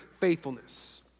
faithfulness